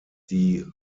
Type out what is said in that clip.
die